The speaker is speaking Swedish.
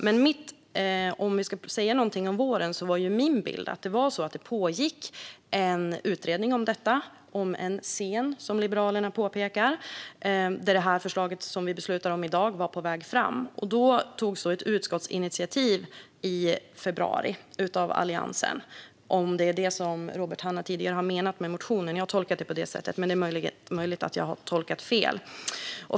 Men om vi ska säga något om våren var min bild att det pågick en utredning om detta, om än sen, som Liberalerna påpekade, där det förslag som vi ska besluta om i dag på väg fram. I februari togs ett utskottsinitiativ av Alliansen, om det var detta som Robert Hannah menade när han pratade om motionen tidigare. Jag har tolkat det på det sättet, men det är möjligt att jag har tolkat fel.